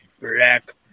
Black